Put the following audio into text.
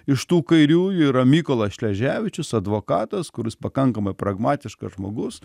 iš tų kairiųjų yra mykolas šleževičius advokatas kuris pakankamai pragmatiškas žmogus